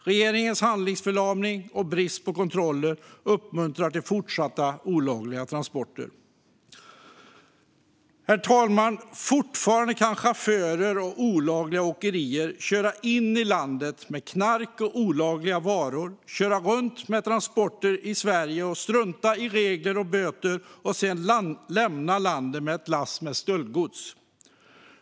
Regeringens handlingsförlamning och brist på kontroller uppmuntrar till fortsatta olagliga transporter. Fortfarande kan chaufförer och olagliga åkerier köra in i landet med knark och olagliga varor, köra runt med transporter i Sverige och strunta i regler och böter och sedan lämna landet med ett lass med stöldgods.